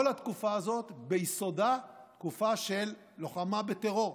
כל התקופה הזאת ביסודה היא תקופה של לוחמה בטרור,